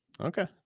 Okay